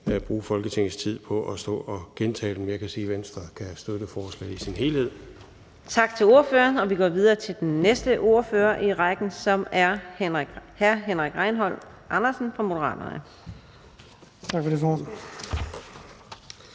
bruge Folketingets tid på at stå og gentage dem, men jeg kan sige, at Venstre kan støtte forslaget i sin helhed. Kl. 17:49 Fjerde næstformand (Karina Adsbøl): Tak til ordføreren. Og vi går videre til den næste ordfører i rækken, som er hr. Henrik Rejnholt Andersen fra Moderaterne. Værsgo.